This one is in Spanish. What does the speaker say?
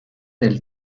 del